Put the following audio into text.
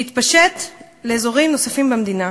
שהתפשט לאזורים נוספים במדינה.